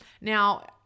Now